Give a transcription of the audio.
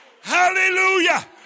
Hallelujah